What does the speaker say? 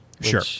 sure